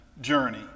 journey